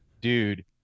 dude